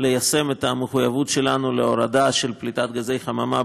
ליישם את המחויבות שלנו להורדה של פליטת גזי חממה,